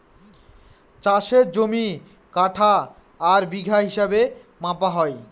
চাষের জমি কাঠা আর বিঘা হিসাবে মাপা হয়